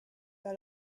dans